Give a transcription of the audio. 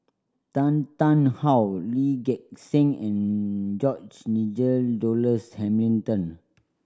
Tan Tarn How Lee Gek Seng and George Nigel Douglas Hamilton